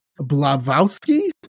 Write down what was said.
Blavowski